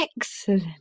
Excellent